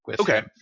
Okay